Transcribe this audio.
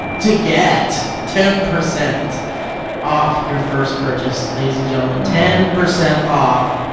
to get ten percent off your first purchase ladies and gentlemen ten percent off